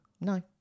No